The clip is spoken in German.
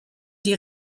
die